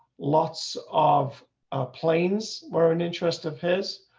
lots of planes were an interest of his,